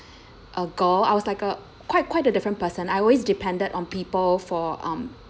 a girl I was like a quite quite a different person I always depended on people for um